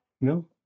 No